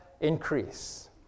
increase